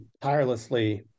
tirelessly